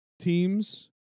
teams